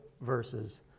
verses